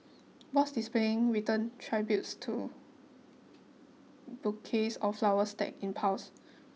boards displaying written tributes to bouquets of flowers stacked in piles